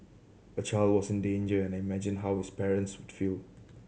a child was in danger and I imagined how his parents would feel